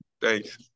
Thanks